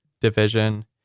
division